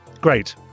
Great